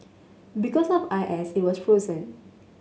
because of I S it was frozen